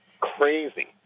crazy